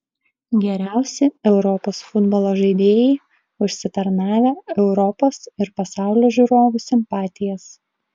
geriausi europos futbolo žaidėjai užsitarnavę europos ir pasaulio žiūrovų simpatijas